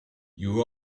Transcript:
you